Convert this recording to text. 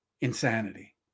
insanity